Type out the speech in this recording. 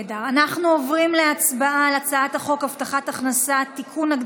אנחנו עוברים להצבעה על הצעת חוק הבטחת הכנסה (תיקון,